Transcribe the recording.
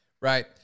Right